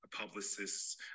publicists